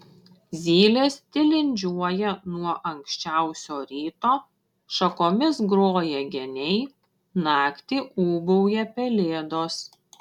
zylės tilindžiuoja nuo anksčiausio ryto šakomis groja geniai naktį ūbauja pelėdos